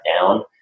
down